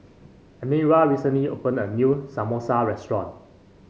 Elmyra recently opened a new Samosa restaurant